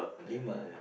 lima